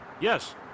Yes